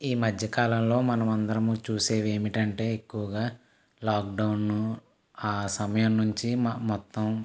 ఈ మధ్యకాలంలో మనమందరమూ చూసేవేమిటంటే ఎక్కువగా లాక్డౌను ఆ సమయం నుంచి మాకు మొత్తం